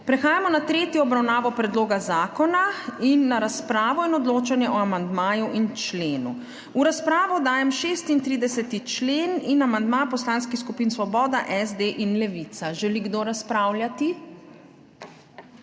Prehajamo na **tretjo obravnavo** predloga zakona in na razpravo in odločanje o amandmaju in členu. V razpravo dajem 36. člen in amandma poslanskih skupin Svoboda, SD in Levica. Želi kdo razpravljati?